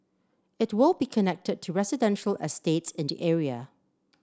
it will be connected to residential estates in the area